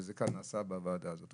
וזה נעשה בוועדה הזאת,